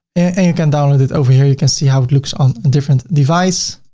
and you can download it over here, you can see how it looks on a different device,